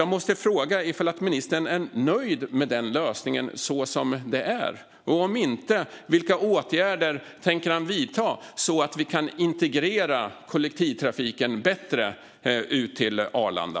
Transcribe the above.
Jag måste fråga om ministern är nöjd med lösningen och om inte vilka åtgärder han tänker vidta så att vi bättre kan integrera kollektivtrafiken ut till Arlanda.